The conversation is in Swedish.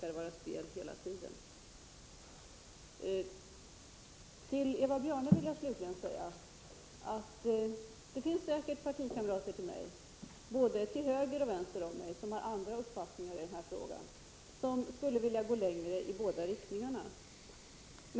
För Per Gahrton verkar det vara ett spel hela tiden. Det finns säkert, Eva Björne, partikamrater både till höger och till vänster om mig som har andra uppfattningar i denna fråga som skulle vilja gå längre i båda riktningarna.